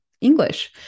English